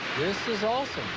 this is awesome.